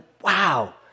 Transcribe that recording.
wow